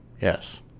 Yes